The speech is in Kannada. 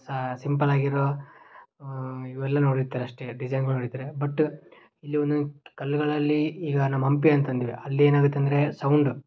ಸ ಸಿಂಪಲ್ಲಾಗಿರೋ ಇವೆಲ್ಲ ನೋಡಿರ್ತಾರೆ ಅಷ್ಟೇ ಡಿಝೈನುಗಳ್ ನೋಡಿರ್ತಾರೆ ಬಟ್ ಇಲ್ಲಿ ಒಂದೊಂದು ಕಲ್ಲುಗಳಲ್ಲಿ ಈಗ ನಮ್ಮ ಹಂಪಿ ಅಂತ ಅಂದ್ವಿ ಅಲ್ಲೇನಾಗುತ್ತೆ ಅಂದರೆ ಸೌಂಡ್